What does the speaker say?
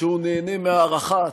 שהוא נהנה מהערכה עצומה,